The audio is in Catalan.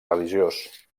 religiós